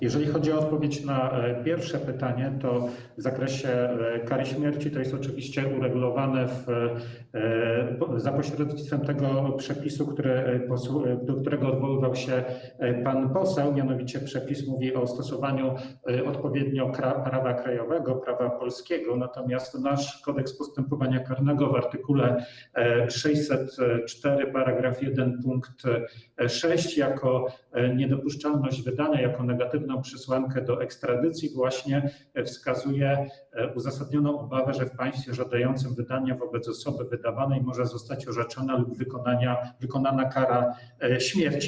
Jeżeli chodzi o odpowiedź na pierwsze pytanie, w zakresie kary śmierci jest to oczywiście uregulowane za pośrednictwem tego przepisu, do którego odwoływał się pan poseł, a mianowicie przepis mówi o stosowaniu odpowiednio prawa krajowego, prawa polskiego, natomiast nasz Kodeks postępowania karnego w art. 604 § 1 pkt 6 jako niedopuszczalność wydania, jako negatywną przesłankę ekstradycji wskazuje właśnie uzasadnioną obawę, że w państwie żądającym wydania wobec osoby wydawanej może zostać orzeczona lub wykonana kara śmierci.